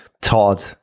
Todd